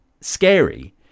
scary